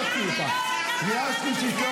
אל תעני.